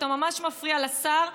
אתה ממש מפריע לשר,